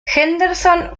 henderson